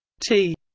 t